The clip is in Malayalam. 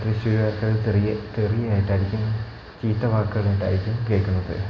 തൃശ്ശൂർ ഒക്കെ തെറിയ് തെറിയായിട്ടായിരിക്കും ചീത്തവാക്കുകൾ ആയിട്ടായിരിക്കും കേൾക്കുന്നത്